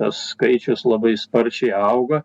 tas skaičius labai sparčiai auga